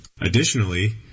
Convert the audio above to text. Additionally